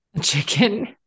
chicken